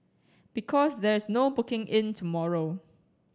because there's no booking in tomorrow